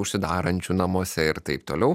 užsidarančių namuose ir taip toliau